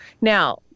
Now